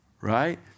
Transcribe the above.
right